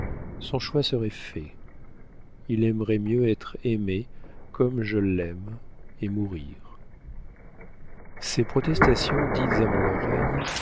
son choix serait fait il aimerait mieux être aimé comme je l'aime et mourir ces protestations dites à mon oreille